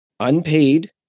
Unpaid